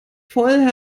voll